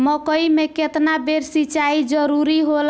मकई मे केतना बेर सीचाई जरूरी होला?